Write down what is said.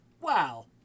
wow